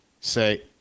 say